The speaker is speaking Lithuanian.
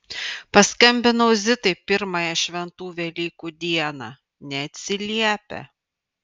paskambinau zitai pirmąją šventų velykų dieną neatsiliepia